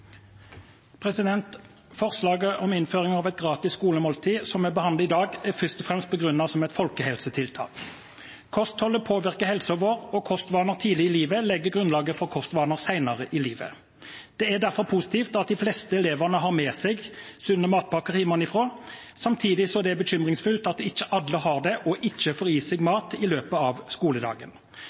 gjera. Forslaget om innføring av et gratis skolemåltid, som vi behandler i dag, er først og fremst begrunnet som et folkehelsetiltak. Kostholdet påvirker helsen vår, og kostvaner tidlig i livet legger grunnlaget for kostvaner senere i livet. Det er derfor positivt at de fleste elevene har med seg sunne matpakker hjemmefra, samtidig som det er bekymringsfullt at ikke alle har det og dermed ikke får i seg mat i løpet av skoledagen.